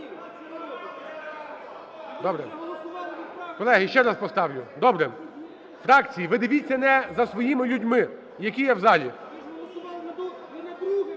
Добре. Колеги, ще раз поставлю. Добре. Фракції, ви дивіться за своїми людьми, які є в залі.